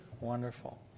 wonderful